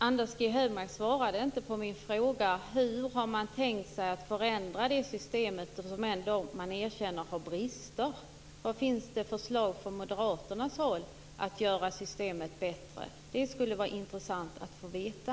Anders G Högmark svarade inte på min fråga om hur man har tänkt sig att förändra det system som man erkänner har brister. Vad finns det för förslag från moderaternas håll på hur man kan göra systemet bättre? Det skulle vara intressant att få veta.